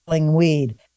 weed